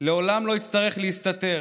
לעולם לא יצטרך להסתתר,